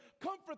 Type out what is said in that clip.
comfort